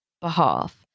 behalf